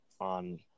on